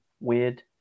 weird